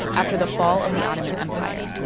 after the fall of the ottoman empire.